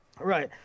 Right